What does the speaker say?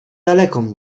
daleką